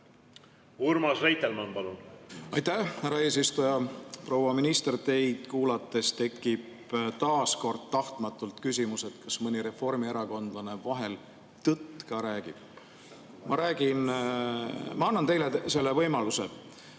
Urmas Reitelmann, palun!